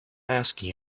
asking